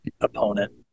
opponent